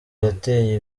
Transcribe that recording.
yateye